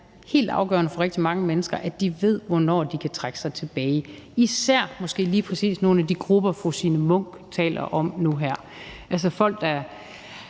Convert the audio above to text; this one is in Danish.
helt afgørende for rigtig mange mennesker, at de ved, hvornår de kan trække sig tilbage. Det gælder måske især lige præcis nogle af de grupper, fru Signe Munk taler om nu her, altså folk, der